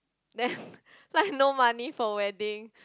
that like no money for wedding